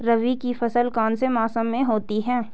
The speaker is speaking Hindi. रबी की फसल कौन से मौसम में होती है?